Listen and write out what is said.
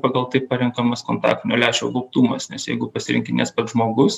pagal tai parenkamas kontaktinio lęšio gaubtumas nes jeigu pasirinkinės nes pats žmogus